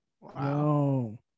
Wow